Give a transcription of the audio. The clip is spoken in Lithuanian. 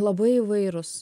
labai įvairūs